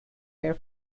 air